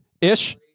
ish